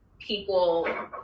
people